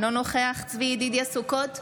אינו נוכח צבי ידידיה סוכות,